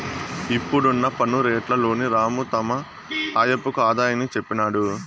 ఇప్పుడున్న పన్ను రేట్లలోని రాము తమ ఆయప్పకు ఆదాయాన్ని చెప్పినాడు